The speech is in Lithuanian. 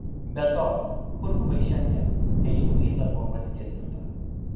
be to kur buvai šiandien kai į luizą buvo pasikėsinta